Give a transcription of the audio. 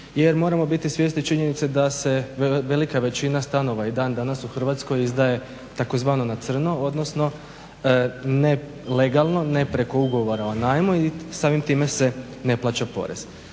jer moramo biti svjesni činjenice da se velika većina stanova i dan danas u Hrvatskoj izdaje tzv. na crno odnosno ne legalno, ne preko ugovora o najmu i samim te se ne plaća porez.